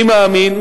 אני מאמין,